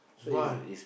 why